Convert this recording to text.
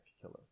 Killer